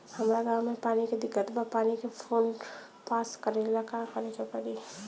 हमरा गॉव मे पानी के दिक्कत बा पानी के फोन्ड पास करेला का करे के पड़ी?